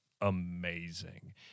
amazing